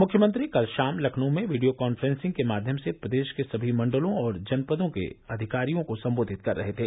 मुख्यमंत्री कल शाम लखनऊ में वीडियो कॉन्फ्रेंसिंग के माध्यम से प्रदेश के सभी मण्डलों और जनपदों के अधिकारियों को सम्बोधित कर रहे थे